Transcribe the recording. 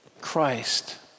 Christ